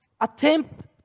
attempt